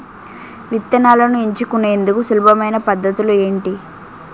విత్తనాలను ఎంచుకునేందుకు సులభమైన పద్ధతులు ఏంటి?